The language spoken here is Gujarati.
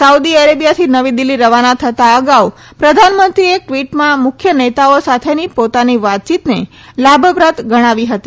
સાઉદી અરેબિયાથી નવી દિલ્હી રવાના થતા અગાઉ પ્રધાનમંત્રીએ એક ટ્વિટમાં મુખ્ય નેતાઓ સાથેની પોતાની વાતયીતને લાભપ્રદ ગણાવી હતી